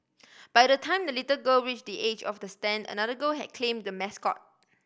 by the time the little girl reach the edge of the stand another girl had claimed the mascot